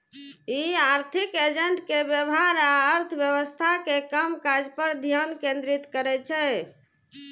ई आर्थिक एजेंट के व्यवहार आ अर्थव्यवस्था के कामकाज पर ध्यान केंद्रित करै छै